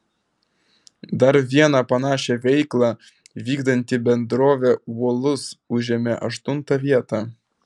dar viena panašią veiklą vykdanti bendrovė uolus užėmė aštuntą vietą